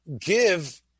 give